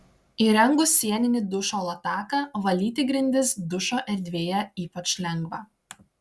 įrengus sieninį dušo lataką valyti grindis dušo erdvėje ypač lengva